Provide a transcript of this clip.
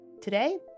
Today